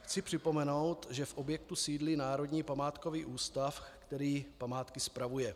Chci připomenout, že v objektu sídlí Národní památkový ústav, který památky spravuje.